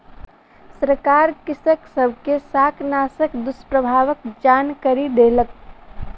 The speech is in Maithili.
सरकार कृषक सब के शाकनाशक दुष्प्रभावक जानकरी देलक